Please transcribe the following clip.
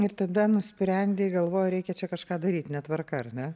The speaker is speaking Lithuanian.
ir tada nusprendei galvoji reikia čia kažką daryti netvarka ar ne